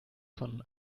von